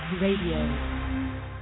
Radio